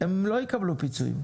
הם לא יקבלו פיצויים,